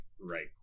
right